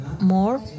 more